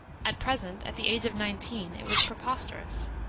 at present, at the age of nineteen, it was preposterous.